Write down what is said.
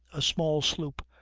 a small sloop,